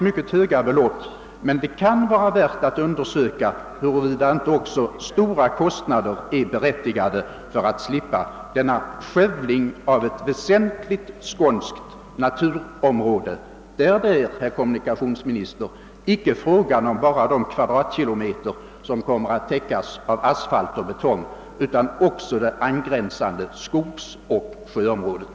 Mycket höga belopp har nämnts, men det kan vara värt att undersöka huruvida inte också stora kostnader är berättigade för att slippa skövlingen av ett väsentligt skånskt naturvärde där det, herr kommunikationsminister, inte bara är fråga om de kvadratkilometer som kommer att täckas av asfalt och betong utan också om det angränsande skogsoch sjöområdet.